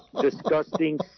disgusting